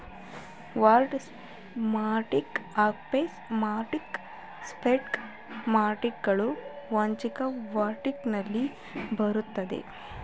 bond market, options market, stock market ಗಳು future market ನಲ್ಲಿ ಬರುತ್ತದೆ